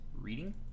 reading